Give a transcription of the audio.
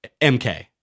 MK